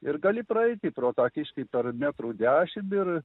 ir gali praeiti pro tą kiškį per metų dešim ir